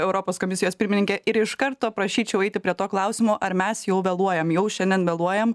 europos komisijos pirmininkė ir iš karto prašyčiau eiti prie to klausimo ar mes jau vėluojam jau šiandien vėluojam